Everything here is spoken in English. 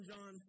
John